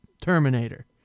Terminator